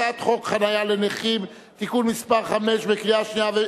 הצעת חוק חנייה לנכים (תיקון מס' 5),